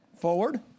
Forward